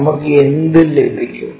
നമുക്ക് എന്ത് ലഭിക്കും